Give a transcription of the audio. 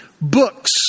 books